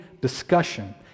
discussion